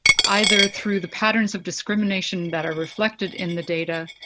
either through the patterns of discrimination that are reflected in the data,